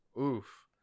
Oof